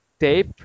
tape